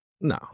No